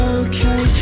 okay